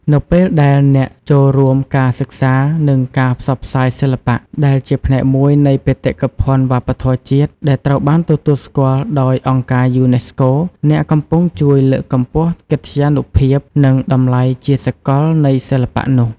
នៅពេលដែលអ្នកចូលរួមក្នុងការសិក្សានិងការផ្សព្វផ្សាយសិល្បៈ ដែលជាផ្នែកមួយនៃបេតិកភណ្ឌវប្បធម៌ជាតិដែលត្រូវបានទទួលស្គាល់ដោយអង្គការយូនេស្កូ អ្នកកំពុងជួយលើកកម្ពស់កិត្យានុភាព និងតម្លៃជាសកលនៃសិល្បៈនោះ។